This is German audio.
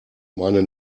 meine